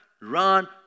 run